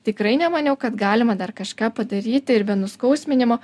tikrai nemaniau kad galima dar kažką padaryti ir be nuskausminimo